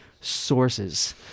sources